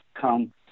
come